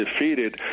defeated